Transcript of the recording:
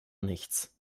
nichts